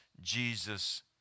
Jesus